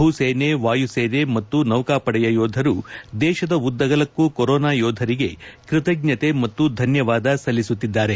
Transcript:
ಭೂಸೇನೆ ವಾಯುಸೇನೆ ಮತ್ತು ನೌಕಾಪಡೆಯ ಯೋಧರು ದೇಶದ ಉದ್ದಗಲಕ್ಕೂ ಕೊರೋನಾ ಯೋಧರಿಗೆ ಕೃತಜ್ಞತೆ ಮತ್ತು ಧನ್ಯವಾದ ಸಲ್ಲಿಸುತ್ತಿದ್ದಾರೆ